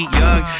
young